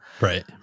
Right